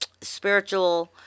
spiritual